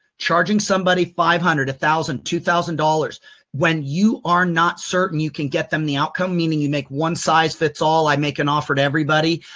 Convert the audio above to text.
charging somebody five hundred, a thousand, two thousand dollars when you are not certain you get them the outcome, meaning you make one size fits all, i make an offer to everybody,